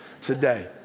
today